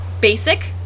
basic